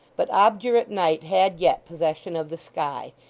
but obdurate night had yet possession of the sky,